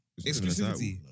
Exclusivity